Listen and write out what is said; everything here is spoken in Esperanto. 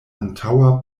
antaŭa